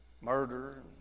murder